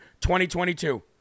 2022